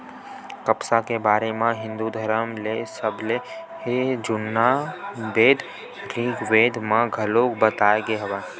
कपसा के बारे म हिंदू धरम के सबले जुन्ना बेद ऋगबेद म घलोक बताए गे हवय